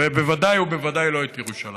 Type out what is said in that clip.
בוודאי ובוודאי לא את ירושלים.